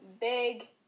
big